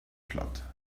platt